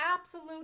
absolute